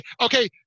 okay